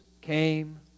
came